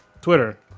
Twitter